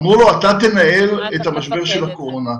אמרו לו, אתה תנהל את המשבר של הקורונה.